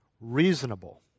Reasonable